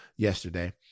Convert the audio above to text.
Yesterday